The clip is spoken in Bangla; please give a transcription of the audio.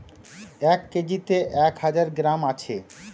এক কেজিতে এক হাজার গ্রাম আছে